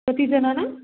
कति जनानां